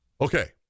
Okay